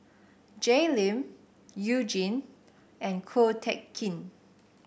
Jay Lim You Jin and Ko Teck Kin